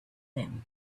them